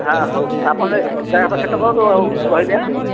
ହଁ ହଉ ଆପଣ କରନ୍ତୁ ହଉ ରହିଲି